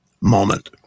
moment